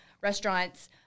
restaurants